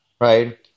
right